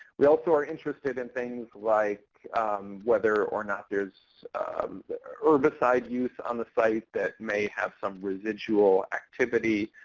we also are interested in things like whether or not there's herbicide use on the site that may have some residual activity.